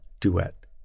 duet